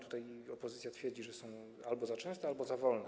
Tutaj opozycja twierdzi, że są albo za częste, albo za powolne.